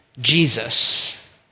Jesus